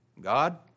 God